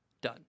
done